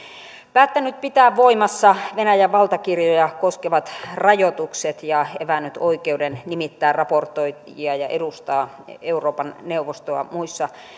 päättänyt pitää voimassa venäjän valtakirjoja koskevat rajoitukset ja evännyt oikeuden nimittää raportoijia ja edustaa euroopan neuvostoa muissa